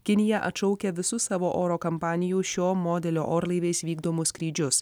kinija atšaukia visus savo oro kampanijų šio modelio orlaiviais vykdomus skrydžius